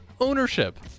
ownership